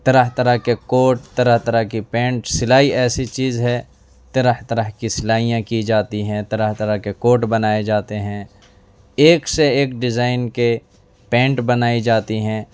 طرح طرح کے کوٹ طرح طرح کی پینٹ سلائی ایسی چیج ہے طرح طرح کی سلائیاں کی جاتی ہیں طرح طرح کے کوٹ بنائے جاتے ہیں ایک سے ایک ڈیزائن کے پینٹ بنائی جاتی ہیں